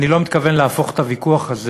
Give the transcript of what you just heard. אני לא מתכוון להפוך את הוויכוח הזה